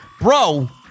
Bro